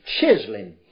chiseling